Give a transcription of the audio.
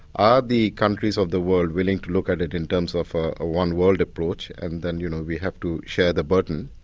are the countries of the world willing to look at it in terms of a one world approach and then, you know, we have to share the burden?